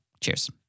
Cheers